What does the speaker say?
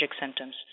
symptoms